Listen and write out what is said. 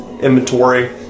inventory